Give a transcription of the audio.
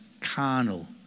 carnal